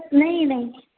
नहीं नहीं हाँ